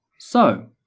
so,